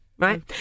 Right